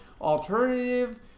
alternative